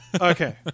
Okay